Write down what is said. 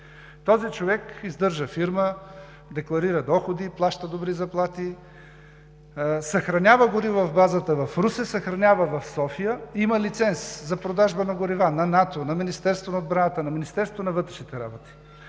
Този човек издържа фирма, декларира доходи, плаща добри заплати. Съхранява гориво в базата в Русе, съхранява в София. Има лиценз за продажба на горива на НАТО, на Министерството на отбраната, на Министерството на вътрешните работи.